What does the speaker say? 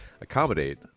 accommodate